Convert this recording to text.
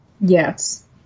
Yes